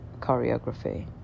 choreography